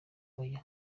oya